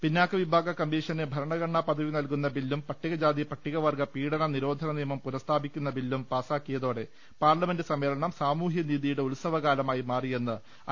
പിന്നാക്കവിഭാഗ കമ്മീഷന് ഭരണഘടനാ പദവി നൽകുന്ന ബില്ലും പട്ടികജാതിപട്ടികവർഗ്ഗ പീഡന നിരോധന നിയമം പുനഃ സ്ഥാപിക്കുന്ന ബില്ലും പാസ്സാക്കിയതോടെ പാർലമെന്റ് സമ്മേ ളനം സാമൂഹ്യനീതിയുടെ ഉത്സവകാലമായി മാറിയെന്ന് അനന്ത കുമാർ വിശേഷിപ്പിച്ചു